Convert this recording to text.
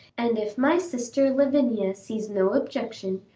and if my sister lavinia sees no objection,